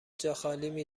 جاخالی